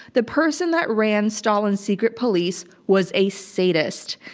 the person that ran stalin's secret police was a sadist.